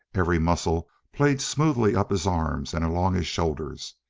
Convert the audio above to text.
every muscle played smoothly up his arms and along his shoulders.